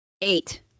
Eight